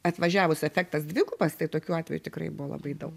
atvažiavus efektas dvigubas tai tokių atvejų tikrai buvo labai daug